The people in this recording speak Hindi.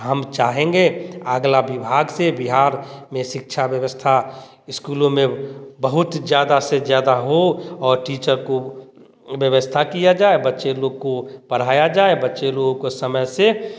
हम चाहेंगे अगला विभाग से बिहार में शिक्षा व्यवस्था स्कूलों में बहुत ज़्यादा से ज़्यादा हो और टीचर को व्यवस्था किया जाए है बच्चे लोग को पढ़ाया जाए बच्चे लोग को समय से